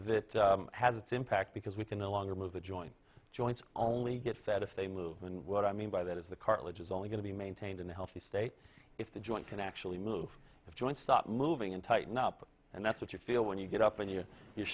that has its impact because we can no longer move the joint joints only get fat if they move and what i mean by that is the cartilage is only going to be maintained in a healthy state if the joint can actually move the joints stop moving and tighten up and that's what you feel when you get up when you use you